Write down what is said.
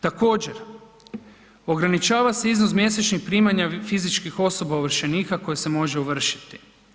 Također, ograničava se iznos mjesečnih primanja fizičkih osoba ovršenika koje se može ovršiti.